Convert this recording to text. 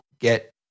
get